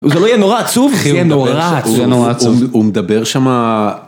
זה לא יהיה נורא עצוב? זה יהיה נורא עצוב. זה יהיה נורא עצוב. הוא מדבר שם...